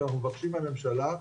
שאנחנו מבקשים מהממשלה,